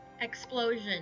EXPLOSION